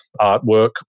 artwork